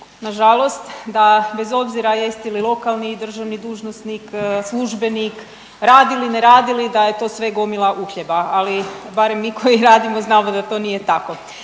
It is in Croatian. nažalost da bez obzira jeste li lokalni i državni dužnosnik, službenik, radili ne radili da je to sve gomila uhljeba, ali barem mi koji radimo znamo da to nije tako.